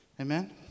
Amen